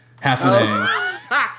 happening